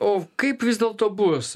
o kaip vis dėlto bus